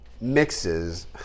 mixes